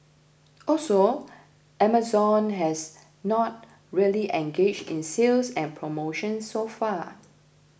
also Amazon has not really engaged in sales and promotions so far